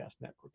Network